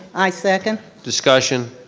i second. discussion,